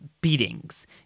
beatings